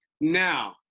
Now